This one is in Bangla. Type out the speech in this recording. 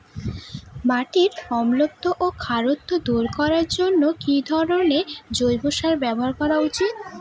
মাটির অম্লত্ব ও খারত্ব দূর করবার জন্য কি ধরণের জৈব সার ব্যাবহার করা উচিৎ?